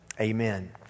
Amen